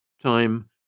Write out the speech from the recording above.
Time